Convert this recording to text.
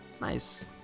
Nice